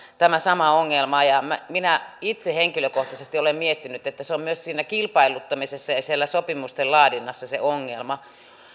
tämä sama ongelma ja minä itse henkilökohtaisesti olen miettinyt että se on myös siinä kilpailuttamisessa ja ja siellä sopimusten laadinnassa se ongelma